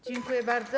Dziękuję bardzo.